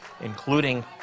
including